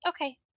Okay